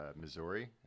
Missouri